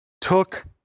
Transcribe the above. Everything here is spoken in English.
took